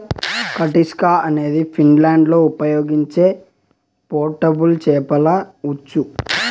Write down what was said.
కటిస్కా అనేది ఫిన్లాండ్లో ఉపయోగించే పోర్టబుల్ చేపల ఉచ్చు